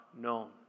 known